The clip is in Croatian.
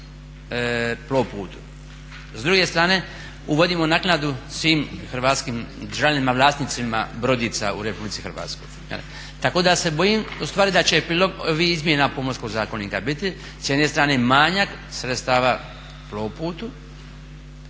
S druge strane uvodimo naknadu svim hrvatskim državnim vlasnicima brodica u RH. Tako da se bojim ustvari da će prilog ovih izmjena Pomorskog zakonika biti s jedne strane manjak sredstava Plovputu,